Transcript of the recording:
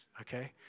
okay